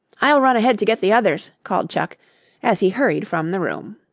i'll run ahead to get the others, called chuck as he hurried from the room.